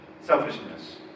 selfishness